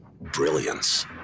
brilliance